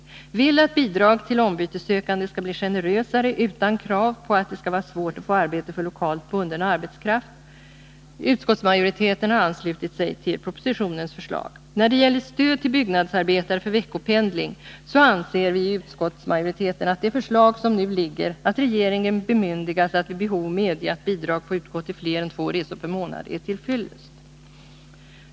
De vill också att bidrag till ombytessökande skall bli generösare, utan krav på att det skall vara svårt att få arbete för lokalt bunden arbetskraft. Utskottsmajoriteten har här anslutit sig till propositionens förslag. När det gäller stöd till byggnadsarbetare för veckopendling anser vi i utskottets majoritet att det förslag som nu föreligger, att regeringen bemyndigas att vid behov medge att bidrag får utgå till fler än två resor per månad, är till fyllest.